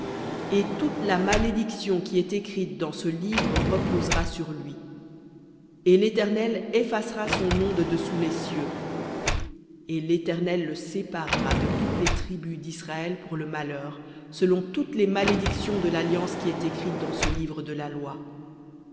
et toute la malédiction qui est écrite dans ce livre reposera sur lui et l'éternel effacera son nom de dessous les cieux et l'éternel le séparera de toutes les tribus d'israël pour le malheur selon toutes les malédictions de l'alliance qui est écrite dans ce livre de la loi